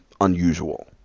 unusual